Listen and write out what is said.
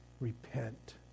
Repent